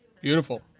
Beautiful